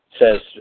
Says